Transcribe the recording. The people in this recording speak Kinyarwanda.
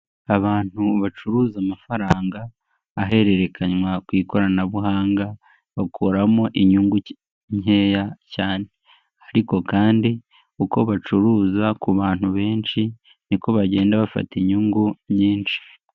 Abantu bacuruza amafaranga ahererekanywa ku ikoranabuhanga. Bakuramo inyungu nkeya cyane ariko kandi uko bacuruza ku bantu benshi niko bagenda bafata inyungu nyinshi.